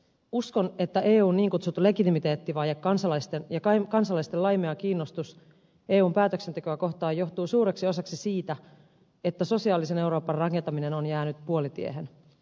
uskon että eun niin kutsuttu legitimiteettivaje ja kansalaisten laimea kiinnostus eun päätöksentekoa kohtaan johtuu suureksi osaksi siitä että sosiaalisen euroopan rakentaminen on jäänyt puolitiehen